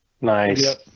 nice